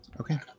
Okay